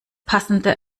passende